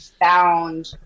found